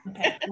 okay